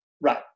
Right